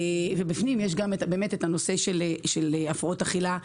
בפנים יש גם את הנושא של הפרעות אכילה.